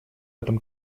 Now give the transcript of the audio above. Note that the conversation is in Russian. этом